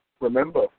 Remember